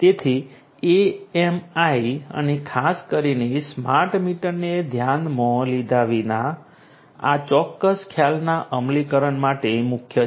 તેથી એએમઆઈ અને ખાસ કરીને સ્માર્ટ મીટરને ધ્યાનમાં લીધા વિના આ ચોક્કસ ખ્યાલના અમલીકરણ માટે મુખ્ય છે